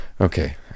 Okay